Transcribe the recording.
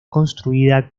construida